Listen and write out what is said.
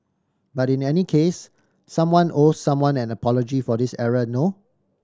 but in any case someone owe someone an apology for this error no